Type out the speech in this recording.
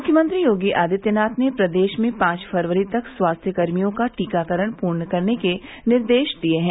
मुख्यमंत्री योगी आदित्यनाथ ने प्रदेश में पांच फरवरी तक स्वास्थ्यकर्मियों का टीकाकरण पूर्ण करने के निर्देश दिए हैं